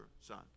son